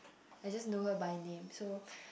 I just know her by name so